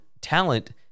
talent